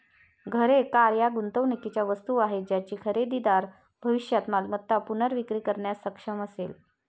घरे, कार या गुंतवणुकीच्या वस्तू आहेत ज्याची खरेदीदार भविष्यात मालमत्ता पुनर्विक्री करण्यास सक्षम असेल